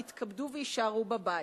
יתכבדו ויישארו בבית.